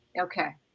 Okay